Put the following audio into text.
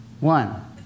One